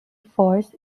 force